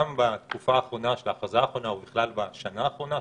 גם בתקופה האחרונה של ההכרזה האחרונה ובכלל בשנה האחרונה,